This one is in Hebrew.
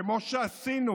כמו שעשינו